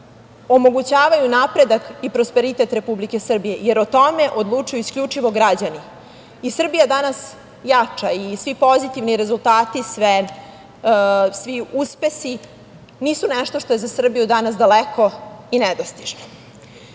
omogućavaju napredak i prosperitet Republike Srbije, jer o tome odlučuju isključivo građani. Srbija danas jača i svi pozitivni rezultati i svi uspesi nisu nešto što je za Srbiju danas daleko i nedostižno. Ali,